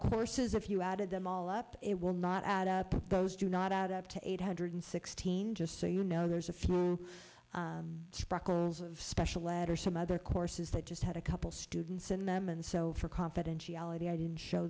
courses if you added them all up it will not add up those do not add up to eight hundred sixteen just so you know there's a special letter some other courses that just had a couple students in them and so for confidentiality i didn't show